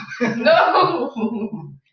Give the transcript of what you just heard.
No